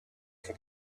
for